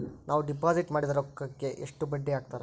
ನಾವು ಡಿಪಾಸಿಟ್ ಮಾಡಿದ ರೊಕ್ಕಿಗೆ ಎಷ್ಟು ಬಡ್ಡಿ ಹಾಕ್ತಾರಾ?